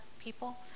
people